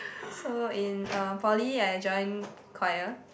so in uh poly I joined choir